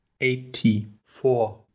Eighty-four